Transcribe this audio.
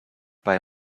bei